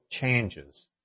changes